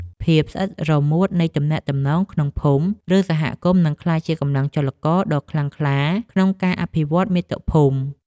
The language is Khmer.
ភាពស្អិតរមួតនៃទំនាក់ទំនងក្នុងភូមិ ឬសហគមន៍នឹងក្លាយជាកម្លាំងចលករដ៏ខ្លាំងក្លាក្នុងការអភិវឌ្ឍន៍មាតុភូមិ។